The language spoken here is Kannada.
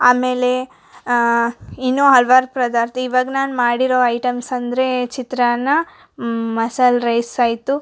ಆಮೇಲೆ ಇನ್ನು ಹಲವಾರು ಪದಾರ್ಥ ಇವಾಗ ನಾನು ಮಾಡಿರೋ ಐಟಮ್ಸ್ ಅಂದರೆ ಚಿತ್ರಾನ್ನ ಮಸಾಲೆ ರೈಸ್ ಆಯಿತು